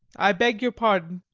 i beg your pardon.